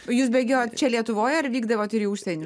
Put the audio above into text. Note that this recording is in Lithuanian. jūs bėgiojot čia lietuvoj ar vykdavot ir į užsienį